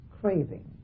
craving